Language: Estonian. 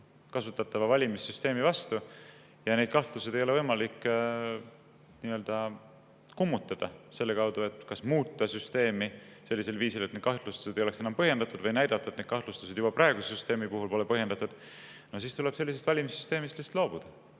kasutatava valimissüsteemi suhtes ja kui neid kahtluseid ei ole võimalik kummutada – selle kaudu, et kas muudetakse süsteemi sellisel viisil, et need kahtlustused ei oleks enam põhjendatud, või näidatakse, et kahtlustused pole juba praeguse süsteemi puhul põhjendatud –, no siis tuleb sellisest valimissüsteemist lihtsalt loobuda.